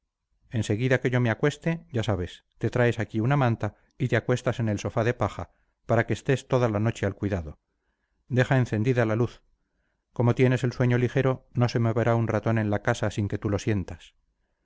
seguida que yo me acueste ya sabes te traes aquí una manta y te acuestas en el sofá de paja para que estés toda la noche al cuidado deja encendida la luz como tienes el sueño ligero no se moverá un ratón en la casa sin que tú lo sientas